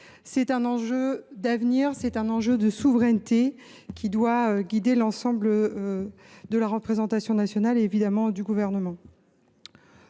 C’est un enjeu d’avenir, un enjeu de souveraineté qui doit guider l’ensemble de la représentation nationale et, évidemment, du Gouvernement.